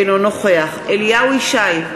אינו נוכח אליהו ישי,